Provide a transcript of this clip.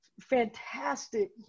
Fantastic